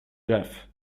jeff